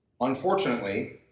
Unfortunately